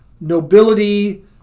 nobility